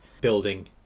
building